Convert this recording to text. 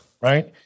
Right